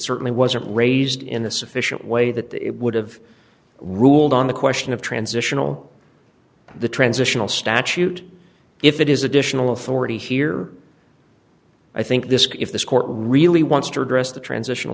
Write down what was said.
certainly wasn't raised in the sufficient way that it would have ruled on the question of transitional the transitional statute if it is additional authority here i think this if this court really wants to address the transitional